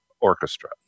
orchestra